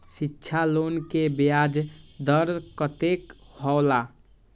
शिक्षा लोन के ब्याज दर कतेक हौला?